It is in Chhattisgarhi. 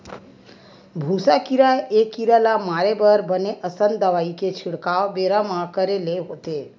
भूसा कीरा ए कीरा ल मारे बर बने असन दवई के छिड़काव बेरा म करे ले होथे